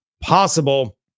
possible